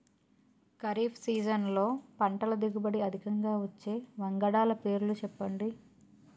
ఖరీఫ్ సీజన్లో పంటల దిగుబడి అధికంగా వచ్చే వంగడాల పేర్లు చెప్పండి?